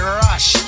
rush